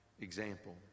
example